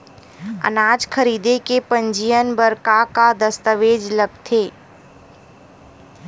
अनाज खरीदे के पंजीयन बर का का दस्तावेज लगथे?